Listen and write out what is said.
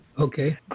Okay